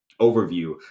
overview